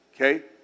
Okay